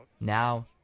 now